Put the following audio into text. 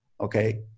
Okay